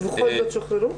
ובכל זאת שוחררו?